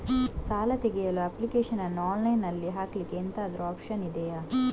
ಸಾಲ ತೆಗಿಯಲು ಅಪ್ಲಿಕೇಶನ್ ಅನ್ನು ಆನ್ಲೈನ್ ಅಲ್ಲಿ ಹಾಕ್ಲಿಕ್ಕೆ ಎಂತಾದ್ರೂ ಒಪ್ಶನ್ ಇದ್ಯಾ?